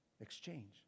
Exchange